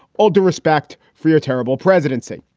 all due respect for your terrible presidency.